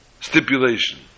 stipulation